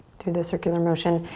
through the circular motion.